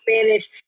Spanish